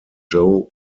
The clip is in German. joe